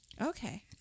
Okay